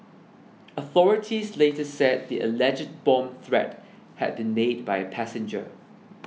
authorities later said the alleged bomb threat had been made by a passenger